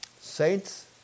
Saints